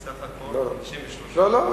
בסך הכול 53%. לא,